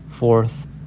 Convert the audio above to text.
Fourth